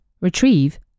retrieve